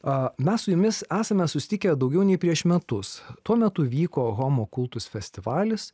o mes su jumis esame susitikę daugiau nei prieš metus tuo metu vyko homokultus festivalis